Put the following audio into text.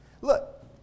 Look